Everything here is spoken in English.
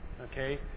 Okay